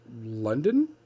London